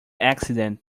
accident